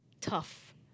tough